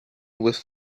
with